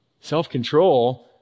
Self-control